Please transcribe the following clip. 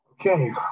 Okay